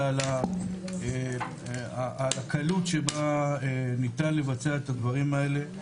על הקלות שבה ניתן לבצע את הדברים האלה.